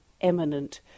eminent